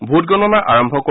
ভোটগণনা আৰম্ভ কৰিব